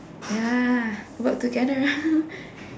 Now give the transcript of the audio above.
ya work together